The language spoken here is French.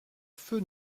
feu